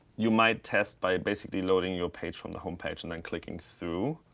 you might test by basically loading your page from the home page and then clicking through.